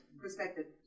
perspective